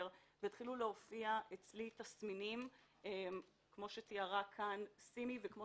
והתחילו להופיע אצלי תסמינים כפי שתיארה כאן סימי וכפי